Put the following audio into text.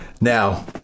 Now